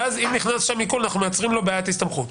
ואם נכנס עיקול אנחנו מייצרים לו בעיית הסתמכות.